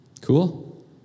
Cool